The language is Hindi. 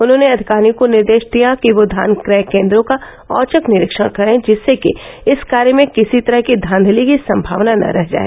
उन्होंने अधिकारियों को निर्देश दिया कि वह धान क्रय केन्द्रो का औचक निरीक्षण करें जिससे कि इस कार्य में किसी तरह की धांघली की सम्मावना न रह जाय